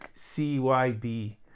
CYB